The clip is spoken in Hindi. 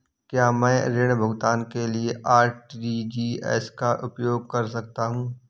क्या मैं ऋण भुगतान के लिए आर.टी.जी.एस का उपयोग कर सकता हूँ?